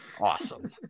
Awesome